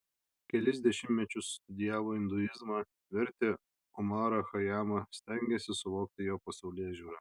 kelis dešimtmečius studijavo induizmą vertė omarą chajamą stengėsi suvokti jo pasaulėžiūrą